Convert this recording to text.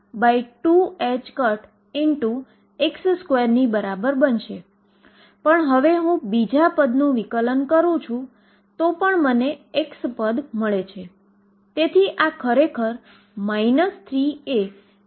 અને તેથી d2dx22mE2ψ0 અને E 0 માટે K2 છે જેને ઉકેલ કરવું ખૂબ જ સરળ છે